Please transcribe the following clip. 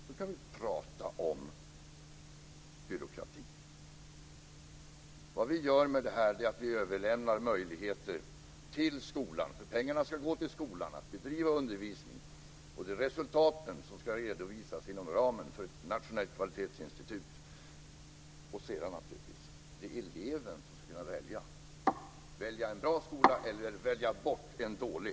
Då kan man prata om byråkrati! I och med detta överlämnar vi möjligheter till skolan, för pengarna ska gå till skolan för att bedriva undervisning. Det är resultaten som ska redovisas inom ramen för ett nationellt kvalitetsinstitut. Sedan är det naturligtvis eleven som ska kunna välja - välja en bra skola eller välja bort en dålig.